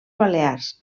balears